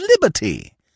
liberty